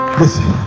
listen